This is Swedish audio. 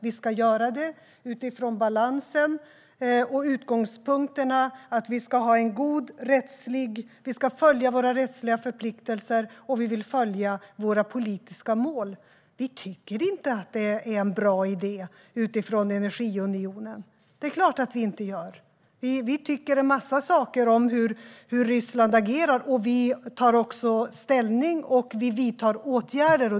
Vi ska göra det utifrån balansen och utgångspunkterna att följa våra rättsliga förpliktelser och våra politiska mål. Det är klart att vi inte tycker att det är en bra idé utifrån energiunionen. Vi tycker en massa saker om hur Ryssland agerar, och vi tar också ställning och vidtar åtgärder.